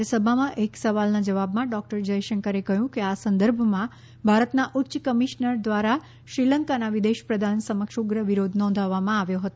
રાજ્યસભામાં એક સવાલના જવાબમાં ડોક્ટર જયશંકરે કહ્યું કે આ સંદર્ભમાં ભારતના ઉચ્ય કમિશનર દ્વારા શ્રીલંકાના વિદેશ પ્રધાન સમક્ષ ઉગ્ર વિરોધ નોધાવવામાં આવ્યો છે